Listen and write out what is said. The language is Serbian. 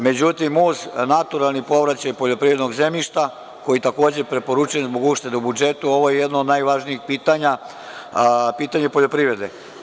Međutim, uz naturalni povraćaj poljoprivrednog zemljišta, koji takođe preporučujem zbog uštede u budžetu, ovo je jedno od najvažnijih pitanja, pitanje poljoprivrede.